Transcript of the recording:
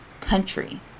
country